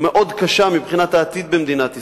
מאוד קשה מבחינת העתיד במדינת ישראל.